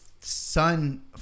son